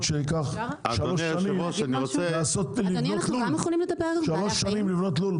שייקח שלוש שנים לבנות לול.